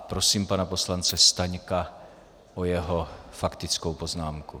Prosím pana poslance Staňka o jeho faktickou poznámku.